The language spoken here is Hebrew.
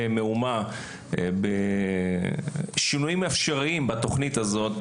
מהומה סביב השינויים האפשריים בתכנית הזו,